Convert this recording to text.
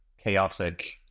chaotic